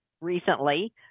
recently